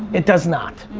it does not.